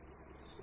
कोई और उदाहरण